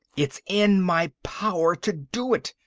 it's in my power to do it,